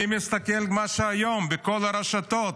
אני מסתכל על מה שהיום בכל הרשתות,